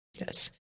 Yes